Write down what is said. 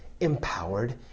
empowered